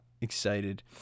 Excited